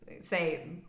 say